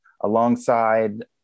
alongside